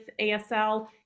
asl